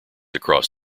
across